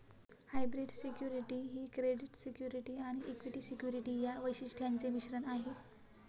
hybrid security ही credit security आणि equity security या वैशिष्ट्यांचे मिश्रण आहे